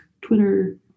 Twitter